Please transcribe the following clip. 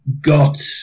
got